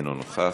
אינו נוכח,